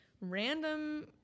random